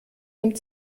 nimmt